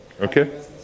Okay